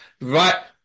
right